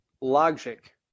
logic